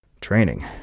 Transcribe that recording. Training